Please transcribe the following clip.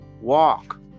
walk